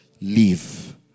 live